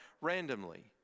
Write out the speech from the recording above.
randomly